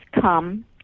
come